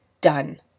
done